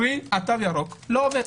קרי תו ירוק לא עובד.